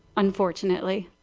unfortunately.